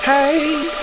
Hey